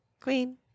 Queen